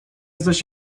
zaś